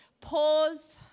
pause